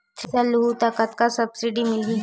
Thresher लेहूं त कतका सब्सिडी मिलही?